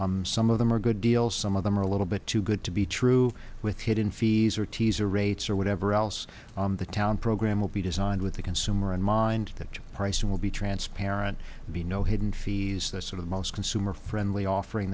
suppliers some of them are good deals some of them are a little bit too good to be true with hidden fees or teaser rates or whatever else the town program will be designed with the consumer in mind that pricing will be transparent be no hidden fees that sort of most consumer friendly offering